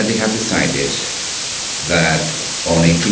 have decided that on